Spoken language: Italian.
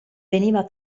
veniva